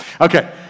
Okay